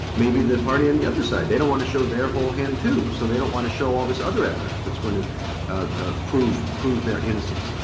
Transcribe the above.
maybe the party on the other side, they don't want to show their whole hand too, so they don't want to show all this other evidence that's going to ah prove prove their innocence.